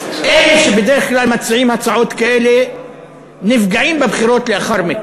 בדרך כלל אלה שמציעים הצעות כאלה נפגעים בבחירות לאחר מכן.